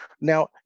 now